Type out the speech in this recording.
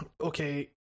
okay